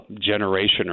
generation